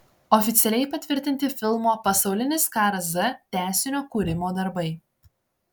oficialiai patvirtinti filmo pasaulinis karas z tęsinio kūrimo darbai